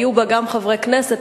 והיו בה גם חברי כנסת,